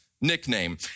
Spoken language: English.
nickname